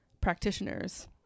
practitioners